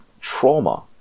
trauma